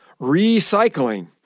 recycling